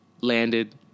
landed